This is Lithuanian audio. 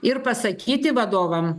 ir pasakyti vadovam